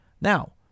Now